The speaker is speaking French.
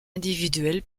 individuel